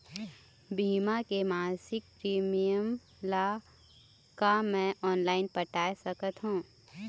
बीमा के मासिक प्रीमियम ला का मैं ऑनलाइन पटाए सकत हो?